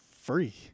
free